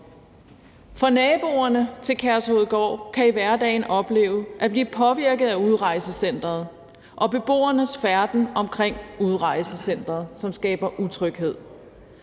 for naboerne til Kærshovedgård kan i hverdagen opleve at blive påvirket af udrejsecenteret og beboernes færden omkring udrejsecenteret, som skaber utryghed.